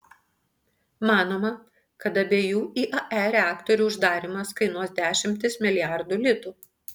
manoma kad abiejų iae reaktorių uždarymas kainuos dešimtis milijardų litų